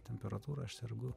temperatūra aš sergu